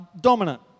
dominant